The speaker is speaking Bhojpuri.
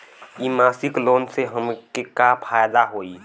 इ मासिक लोन से हमके का फायदा होई?